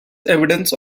evidence